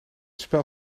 spel